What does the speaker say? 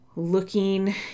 looking